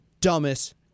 dumbest